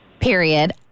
period